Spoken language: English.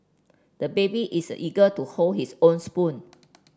the baby is eager to hold his own spoon